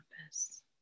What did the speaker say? purpose